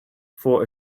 for